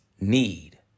need